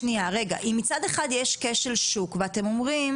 כמו שאמרנו,